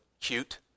cute